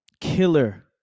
killer